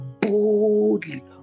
boldly